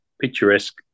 picturesque